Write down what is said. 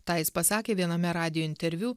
tą jis pasakė viename radijo interviu